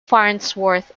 farnsworth